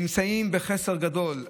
הם נמצאים בחסר גדול.